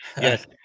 Yes